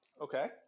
Okay